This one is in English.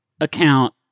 account